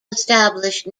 established